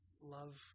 love